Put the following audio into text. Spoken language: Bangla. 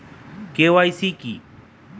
কে.ওয়াই.সি কি?